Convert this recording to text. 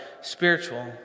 spiritual